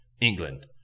England